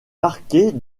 marquée